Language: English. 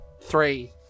Three